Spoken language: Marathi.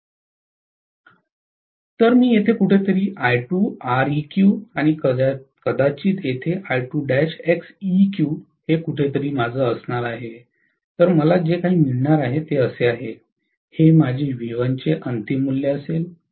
तर मी येथे कुठेतरी आणि कदाचित येथे कुठेतरी असणार आहे तर मला जे काही मिळणार आहे ते असे आहे हे माझे V1 चे अंतिम मूल्य असेल